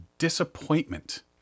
disappointment